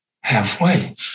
halfway